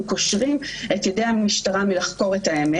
קושרים את ידי המשטרה מלחקור את האמת,